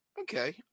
Okay